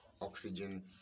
oxygen